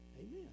Amen